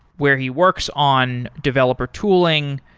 where he works on developer tooling,